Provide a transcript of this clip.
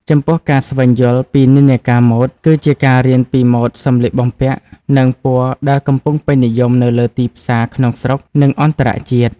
ចំពោះការស្វែងយល់ពីនិន្នាការម៉ូដ គឺជាការរៀនពីម៉ូដសម្លៀកបំពាក់ និងពណ៌ដែលកំពុងពេញនិយមនៅលើទីផ្សារក្នុងស្រុក និងអន្តរជាតិ។